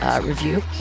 review